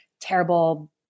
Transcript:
terrible